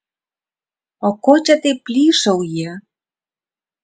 o ko čia taip plyšauji